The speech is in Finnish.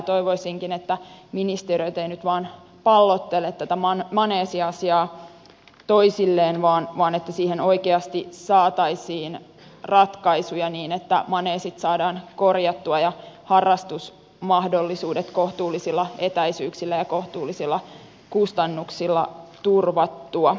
toivoisinkin että ministeriöt eivät nyt vain pallottele tätä maneesiasiaa toisilleen vaan että siihen oikeasti saataisiin ratkaisuja niin että maneesit saadaan korjattua ja harrastusmahdollisuudet kohtuullisilla etäisyyksillä ja kohtuullisilla kustannuksilla turvattua